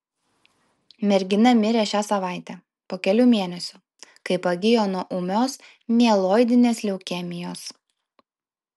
mergina mirė šią savaitę po kelių mėnesių kai pagijo nuo ūmios mieloidinės leukemijos